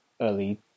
early